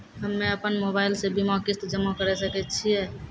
हम्मे अपन मोबाइल से बीमा किस्त जमा करें सकय छियै?